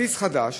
כרטיס חדש